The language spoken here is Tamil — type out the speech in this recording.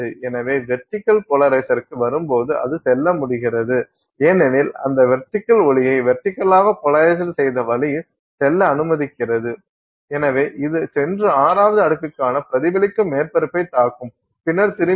எனவே வெர்டிகல் போலரைசர்க்கு வரும்போது அது செல்ல முடிகிறது ஏனெனில் அந்த வெர்டிகல் ஒளியை வெர்டிகலாக போலரைஸ்டு செய்த வழியில் செல்ல அனுமதிக்கிறது எனவே இது சென்று ஆறாவது அடுக்கான பிரதிபலிக்கும் மேற்பரப்பை தாக்கும் பின்னர் திரும்பி வரும்